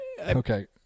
okay